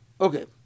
Okay